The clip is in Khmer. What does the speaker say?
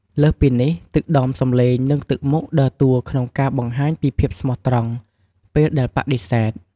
លើសពីនេះ ទឹកដមសំឡេង និងទឹកមុខដើរតួក្នុងការបង្ហាញពីភាពស្មោះត្រង់ពេលដែលបដិសេធ។